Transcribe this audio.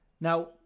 Now